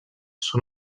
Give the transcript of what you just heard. són